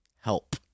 help